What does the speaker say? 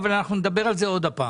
אבל אנחנו נדבר על זה עוד פעם.